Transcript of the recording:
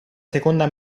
seconda